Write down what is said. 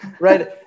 right